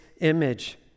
image